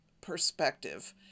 perspective